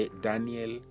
Daniel